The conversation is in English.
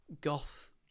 goth